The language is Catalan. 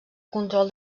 control